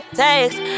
text